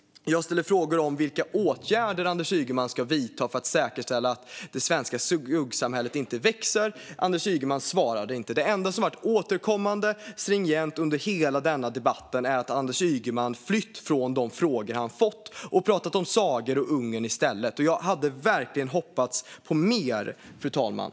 Jag ställde frågor om vilka åtgärder Anders Ygeman ska vidta för att säkerställa att det svenska skuggsamhället inte växer. Anders Ygeman svarade inte. Det enda som har varit återkommande och stringent under hela denna debatt är att Anders Ygeman flytt från de frågor han fått och i stället pratat om sagor och Ungern. Jag hade verkligen hoppats på mer, fru talman.